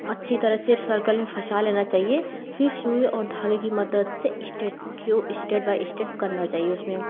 अच्छी तरह से सर्किल में फंसा लेना चाहिए फ़िर सुई और धागे की मदद से state to step by step करना चाहिए उसमें